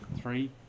three